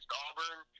Auburn